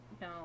No